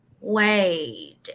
Wade